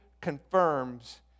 confirms